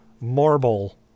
Marble